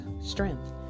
strength